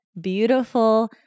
beautiful